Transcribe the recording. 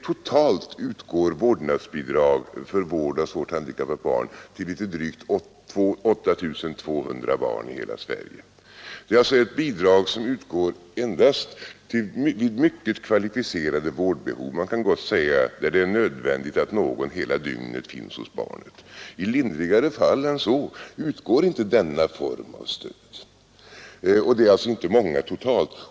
Totalt utgår vårdnadsbidrag för vård av svårt handikappade barn till drygt 8 200 barn i hela Sverige. Det är ett bidrag som utgår endast vid mycket kvalificerade vårdbehov — man kan gott säga endast i de fall där det är nödvändigt att någon hela dygnet finns hos barnet. I lindrigare fall än så utgår inte denna form av stöd. Det gäller alltså inte många totalt.